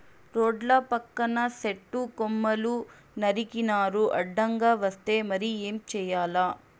రోడ్ల పక్కన సెట్టు కొమ్మలు నరికినారు అడ్డంగా వస్తే మరి ఏం చేయాల